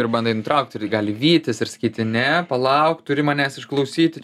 ir bandai nutraukti ir gali vytis ir sakyti ne palauk turi manęs išklausyti